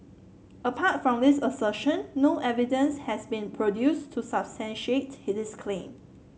apart from this assertion no evidence has been produced to substantiate this claim